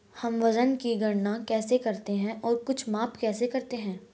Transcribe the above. हम वजन की गणना कैसे करते हैं और कुछ माप कैसे करते हैं?